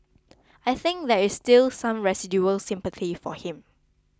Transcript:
I think there is still some residual sympathy for him